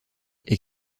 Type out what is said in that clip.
est